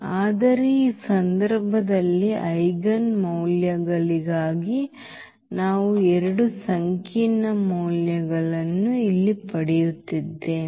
ಆದರೆ ಈ ಸಂದರ್ಭದಲ್ಲಿ ಐಜೆನ್ ಮೌಲ್ಯಗಳಿಗಾಗಿ ನಾವು 2 ಸಂಕೀರ್ಣ ಮೌಲ್ಯಗಳನ್ನು ಇಲ್ಲಿ ಪಡೆಯುತ್ತಿದ್ದೇವೆ